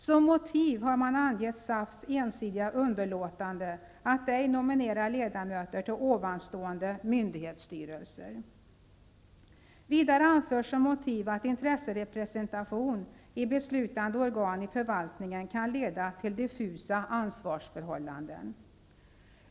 Som motiv har man angett SAF:s ensidiga underlåtande att ej nominera ledamöter till ovanstående myndighetsstyrelser. Vidare anförs som motiv att intresserepresentation i beslutande organ i förvaltningen kan leda till diffusa ansvarsförhållanden.